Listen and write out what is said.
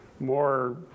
more